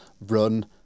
run